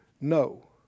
No